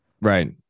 right